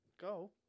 Go